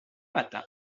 matin